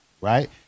right